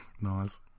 Nice